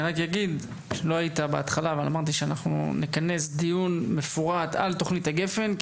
לא היית בהתחלה אבל אמרתי שאנחנו נכנס דיון מפורט על תכנית גפ"ן.